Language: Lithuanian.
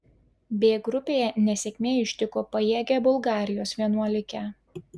b grupėje nesėkmė ištiko pajėgią bulgarijos vienuolikę